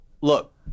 look